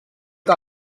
que